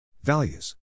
Values